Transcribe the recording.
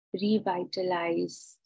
revitalize